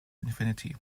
infinity